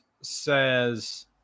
says